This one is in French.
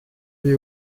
les